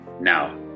Now